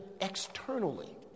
externally